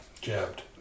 jabbed